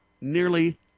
nearly